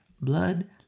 blood